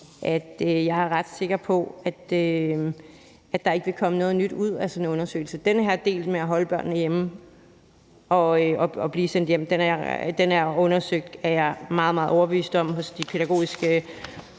Jeg er ret sikker på, at der ikke vil komme noget nyt ud af sådan en undersøgelse. Den her del med at holde børnene hjemme og at sende dem hjem er undersøgt, er jeg meget, meget overbevist om, på de pædagogiske